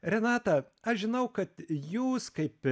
renata aš žinau kad jūs kaip